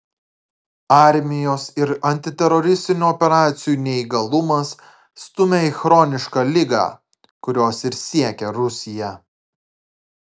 armijos ir antiteroristinių operacijų neįgalumas stumia į chronišką ligą kurios ir siekia rusija